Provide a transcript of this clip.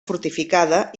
fortificada